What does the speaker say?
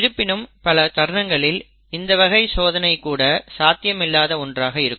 இருப்பினும் பல தருணங்களில் இந்த வகை சோதனை கூட சாத்தியமில்லாத ஒன்றாக இருக்கும்